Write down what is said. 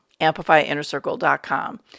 AmplifyInnerCircle.com